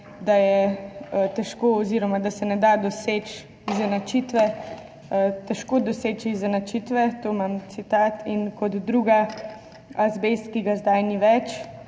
da je težko oziroma da se ne da doseči izenačitve, »težko je doseči izenačitve«, to imam citat. Druga: azbest, ki ga zdaj ni več.